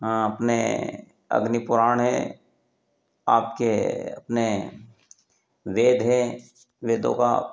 हाँ अपने अग्नि पुराण हैं आपके अपने वेद हैं वेदों का